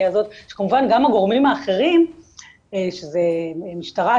הזאת שכמובן גם הגורמים האחרים שזה משטרה,